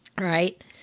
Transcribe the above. Right